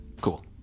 Cool